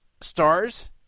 Stars